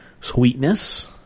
sweetness